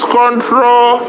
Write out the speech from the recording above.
control